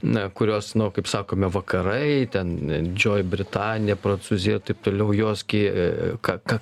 na kurios nu kaip sakome vakarai ten didžioji britanija prancūzija taip toliau jos gi ką ką